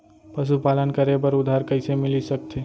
पशुपालन करे बर उधार कइसे मिलिस सकथे?